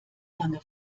lange